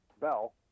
bell